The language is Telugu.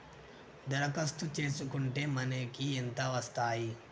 దరఖాస్తు చేస్కుంటే మనకి ఎంత వస్తాయి?